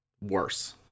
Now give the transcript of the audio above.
worse